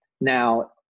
Now